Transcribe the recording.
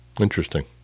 Interesting